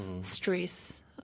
stress